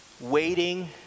waiting